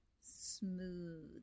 Smooth